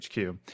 HQ